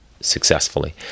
successfully